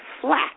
flat